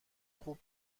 خوب